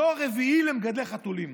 דור רביעי למגדלי חתולים.